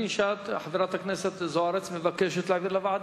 חברת הכנסת זוארץ מסכימה להעביר לוועדה.